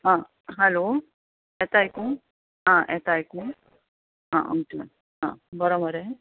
आं हॅलो येता आयकूंक आं येता आयकूंक आं ओके आं बरो मरे